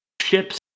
ships